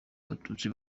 abatutsi